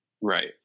Right